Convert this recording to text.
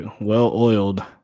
well-oiled